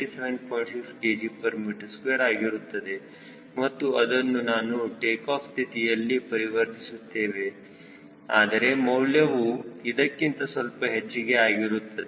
6 kgm2 ಆಗಿರುತ್ತದೆ ಮತ್ತು ಅದನ್ನು ನಾನು ಟೇಕಾಫ್ ಸ್ಥಿತಿಯಲ್ಲಿ ಪರಿವರ್ತಿಸುತ್ತೇನೆ ಅದರ ಮೌಲ್ಯವು ಇದಕ್ಕಿಂತ ಸ್ವಲ್ಪ ಹೆಚ್ಚಿಗೆ ಆಗಿರುತ್ತದೆ